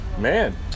man